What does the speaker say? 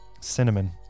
Cinnamon